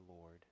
Lord